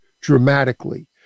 dramatically